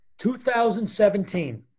2017